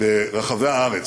ברחבי הארץ,